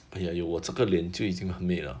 !aiya! 有我这个脸就已经很美了